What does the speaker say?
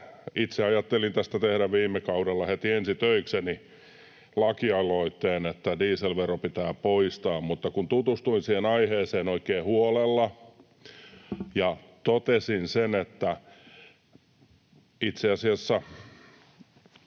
itse ajattelin heti ensi töikseni tehdä lakialoitteen, että dieselvero pitää poistaa. Mutta kun tutustuin siihen aiheeseen oikein huolella, niin totesin, että itse asiassa